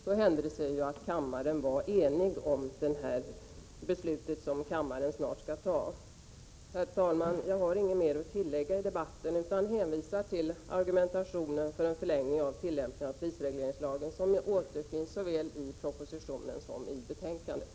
Då hände det sig ju att kammaren var enig om samma beslut som vi snart skall fatta. Herr talman! Jag har inget mer att tillägga i debatten utan hänvisar till argumentationen för en förlängning av tillämpningen av prisregleringslagen som återfinns såväl i propositionen som i betänkandet.